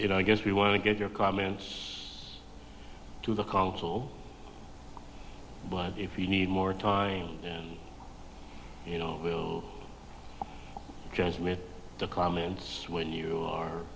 you know i guess we want to get your comments to the council but if you need more time you know just with the comments when you are